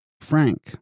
frank